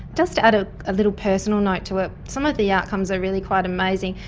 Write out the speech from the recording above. just to add a ah little personal note to it, some of the outcomes are really quite amazing.